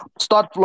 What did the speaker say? Start